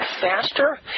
faster